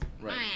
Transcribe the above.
Right